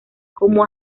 como